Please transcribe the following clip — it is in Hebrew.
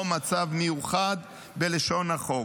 או על מצב מיוחד בלשון החוק,